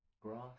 grass